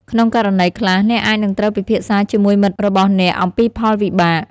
ក្នុងករណីខ្លះ អ្នកអាចនឹងត្រូវពិភាក្សាជាមួយមិត្តរបស់អ្នកអំពីផលវិបាក។